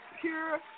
pure